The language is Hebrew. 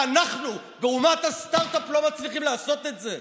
ואנחנו, באומת הסטרטאפ, לא מצליחים לעשות את זה.